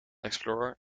explorer